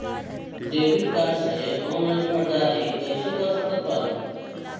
Debit card से online ख़रीदारी कैसे कर सकत बानी?